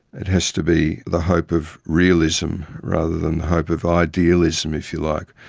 it has to be the hope of realism rather than the hope of idealism, if you like.